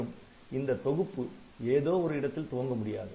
மற்றும் இந்த தொகுப்பு ஏதோ ஒரு இடத்தில் துவங்க முடியாது